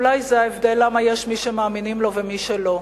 אולי זה ההבדל למה יש מי שמאמינים לו ומי שלא.